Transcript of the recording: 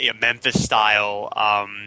Memphis-style